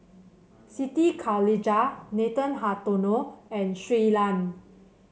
Siti Khalijah Nathan Hartono and Shui Lan